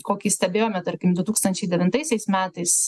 kokį stebėjome tarkim du tūkstančiai devintaisiais metais